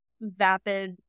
vapid